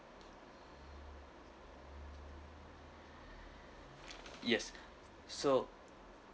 yes so